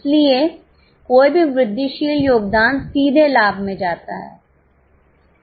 इसलिए कोई भी वृद्धिशील योगदान सीधे लाभ में जाता है